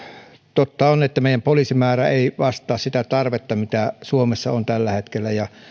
totta on että meidän poliisimäärämme ei vastaa sitä tarvetta mikä suomessa on tällä hetkellä ja